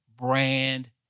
brand